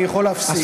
אני יכול להפסיק,